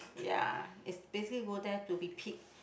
ya it's basically go there to be pig